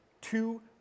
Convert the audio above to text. Two